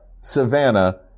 Savannah